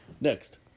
next